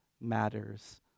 matters